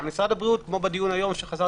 אבל משרד הבריאות, כמו בדיון היום שהיה